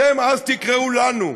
אתם אז תקראו לנו."